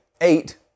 eight